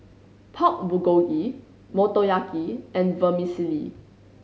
Pork Bulgogi Motoyaki and Vermicelli